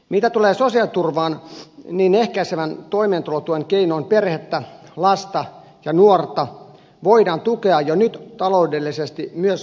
mitä tulee sosiaaliturvaan niin ehkäisevän toimeentulotuen keinoin perhettä lasta ja nuorta voidaan tukea jo nyt taloudellisesti myös harrastuksissa